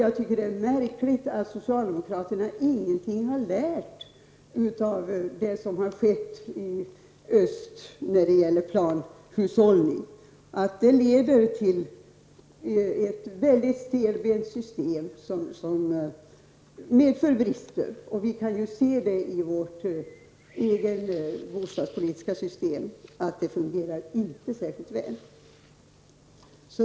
Jag tycker att det är märkligt att socialdemokraterna inte har lärt något av det som har skett i öst när det gäller planhushållningen. En sådan leder ju till ett mycket stelbent system som medför brister. Vårt eget bostadspolitiska system fungerar ju inte särskilt väl.